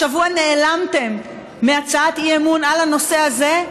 השבוע נעלמתם מהצעת אי-אמון על הנושא הזה?